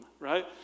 right